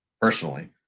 personally